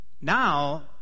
now